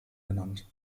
genannt